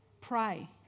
pray